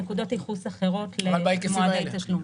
נקודות ייחוס אחרות למועדי תשלום.